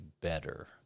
better